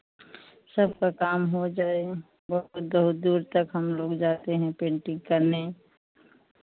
सबका काम हो जाएगा बहुत दूर दूर तक हमलोग जाते हैं पेन्टिंग करने